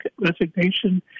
resignation